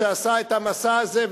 שעשה את המסע הזה,